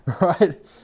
Right